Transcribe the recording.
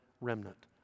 remnant